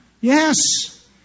Yes